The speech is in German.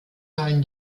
sollen